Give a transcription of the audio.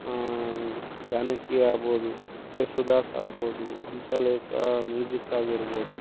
ಜಾನಕಿ ಆಗ್ಬೋದು ಯೇಸುದಾಸ್ ಆಗ್ಬೋದು ಹಂಸಲೇಖ ಮ್ಯೂಜಿಕ್ ಆಗಿರ್ಬೋದು